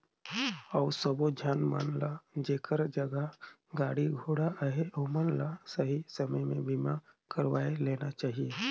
अउ सबो झन मन ल जेखर जघा गाड़ी घोड़ा अहे ओमन ल सही समे में बीमा करवाये लेना चाहिए